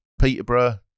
Peterborough